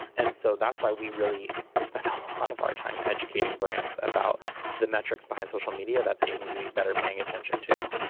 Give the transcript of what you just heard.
and so that's why we really spent a lot of our time educating brands about the metrics behind social media that they need to be better paying attention to.